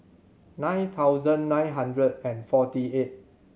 nine thousand nine hundred and forty eight